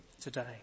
today